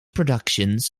productions